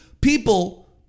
people